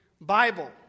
Bible